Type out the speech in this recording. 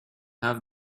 have